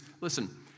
Listen